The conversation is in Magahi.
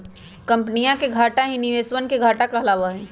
कम्पनीया के घाटा ही निवेशवन के घाटा कहलावा हई